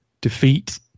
defeat